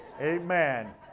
Amen